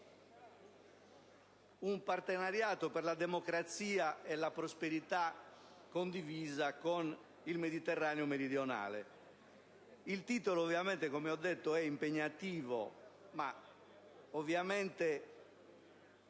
«Un partenariato per la democrazia e la prosperità condivisa con il Mediterraneo meridionale». Il titolo, come già evidenziato, è impegnativo, ma contiene